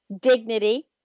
dignity